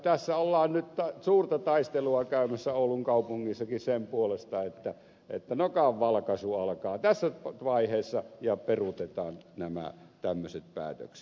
tässä ollaan nyt suurta taistelua käymässä oulun kaupungissakin sen puolesta että nokan valkaisu alkaa tässä vaiheessa ja peruutetaan nämä tämmöiset päätökset